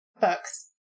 books